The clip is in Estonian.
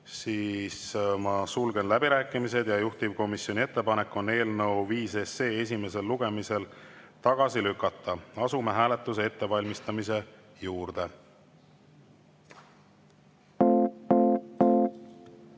siis ma sulgen läbirääkimised. Juhtivkomisjoni ettepanek on eelnõu 5 esimesel lugemisel tagasi lükata. Asume hääletuse ettevalmistamise